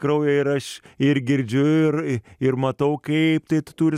kraują ir aš ir girdžiu ir ir matau kaip tai turi